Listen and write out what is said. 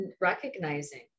recognizing